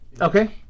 Okay